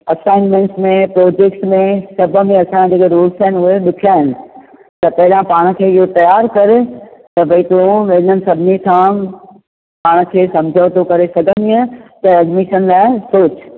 assignment में projects में सभ में असांजा जेके रुल्स आहिनि उहे ॾुखिया आहिनि त पहिरियां पाण खे इहो तयारु करे त भई तूं हिननि सभिनी सां पाण खे समझौतो करे सघंदीअं त एडमिशन लाइ सोच